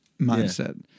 mindset